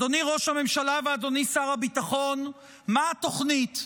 אדוני ראש הממשלה ואדוני שר הביטחון, מה התוכנית?